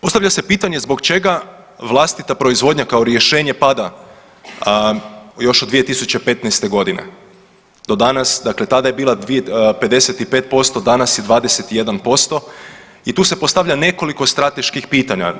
Postavlja se pitanje zbog čega vlastita proizvodnja kao rješenje pada još od 2015. godine do danas, dakle tada je bila 55%, danas je 21% i tu se postavlja nekoliko strateških pitanja.